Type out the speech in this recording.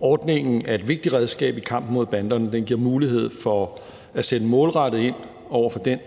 Ordningen er et vigtigt redskab i kampen mod banderne; den giver mulighed for at sætte målrettet ind over for den